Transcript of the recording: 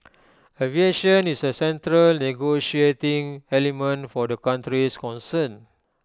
aviation is A central negotiating element for the countries concerned